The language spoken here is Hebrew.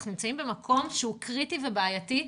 אנחנו נמצאים במקום שהוא קריטי ובעייתי,